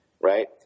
right